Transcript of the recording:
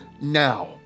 now